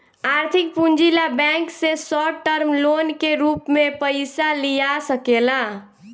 आर्थिक पूंजी ला बैंक से शॉर्ट टर्म लोन के रूप में पयिसा लिया सकेला